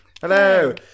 Hello